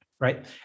right